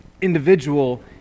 individual